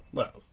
well.